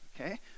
okay